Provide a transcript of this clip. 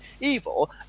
evil